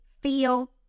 feel